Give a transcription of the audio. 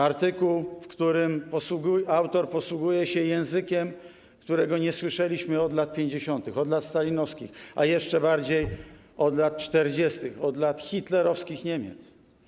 Artykuł, w którym autor posługuje się językiem, którego nie słyszeliśmy od lat 50., od lat stalinowskich, a jeszcze bardziej - od lat 40., od lat hitlerowskich Niemiec.